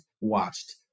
watched